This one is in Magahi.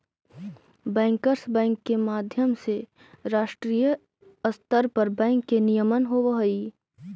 बैंकर्स बैंक के माध्यम से राष्ट्रीय स्तर पर बैंक के नियमन होवऽ हइ